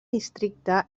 districte